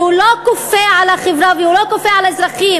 והוא לא כופה על החברה והוא לא כופה על האזרחים,